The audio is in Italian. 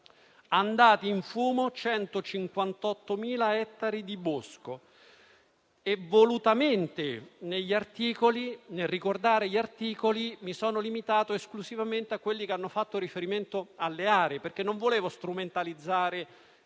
«Andati in fumo 158.000 ettari di bosco». Volutamente, nel ricordare gli articoli, mi sono limitato esclusivamente a quelli che hanno fatto riferimento alle aree, perché non volevo strumentalizzare